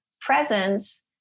presence